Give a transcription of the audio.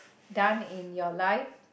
done in your life